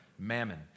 Mammon